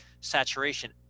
saturation